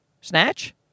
snatch